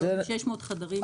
שמכיל 600 חדרים.